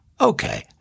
Okay